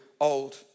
old